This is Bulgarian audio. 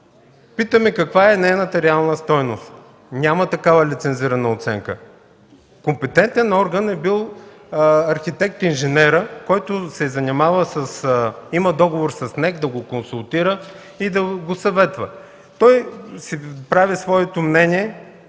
Питаме каква е нейната реална стойност. Няма такава лицензирана оценка. Компетентен орган е бил архитект-инженерът, който е имал договор с НЕК да го консултира и да го съветва. Той си дава своето мнение,